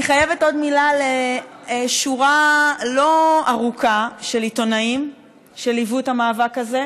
אני חייבת עוד מילה לשורה לא ארוכה של עיתונאים שליוו את המאבק הזה,